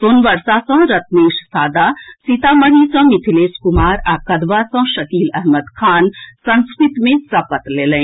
सोनबरसा सँ रत्नेश सादा सीतामढ़ी सँ मिथिलेश कुमार आ कदवा सँ शकील अहमद खाँ संस्कृत मे सपत लेलनि